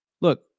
Look